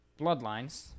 Bloodlines